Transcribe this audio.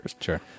Sure